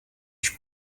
již